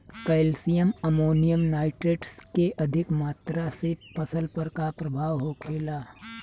Calcium ammonium nitrate के अधिक मात्रा से फसल पर का प्रभाव होखेला?